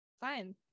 Fine